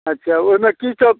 अच्छा ओहिमे कि सब